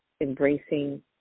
embracing